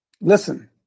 listen